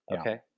Okay